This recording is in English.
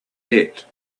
debt